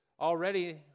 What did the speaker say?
Already